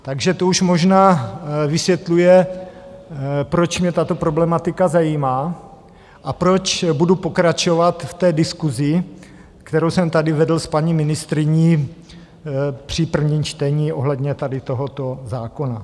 Takže to už možná vysvětluje, proč mě tato problematika zajímá a proč budu pokračovat v té diskusi, kterou jsem tady vedl s paní ministryní při prvním čtení ohledně tohoto zákona.